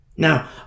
Now